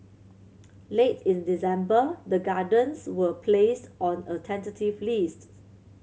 late in December the Gardens was placed on a tentative list